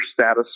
status